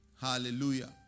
Hallelujah